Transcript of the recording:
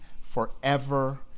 forever